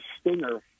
stinger